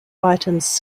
items